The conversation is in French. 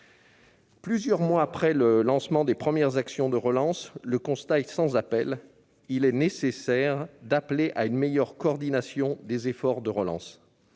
Plusieurs mois après le lancement des premières actions de relance, le constat est sans appel : il est nécessaire d'appeler à une meilleure coordination des efforts de relance.